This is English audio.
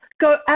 go